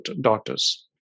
daughters